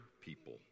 people